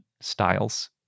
styles